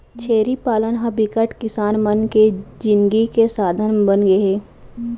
छेरी पालन ह बिकट किसान मन के जिनगी के साधन बनगे हे